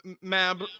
Mab